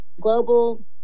global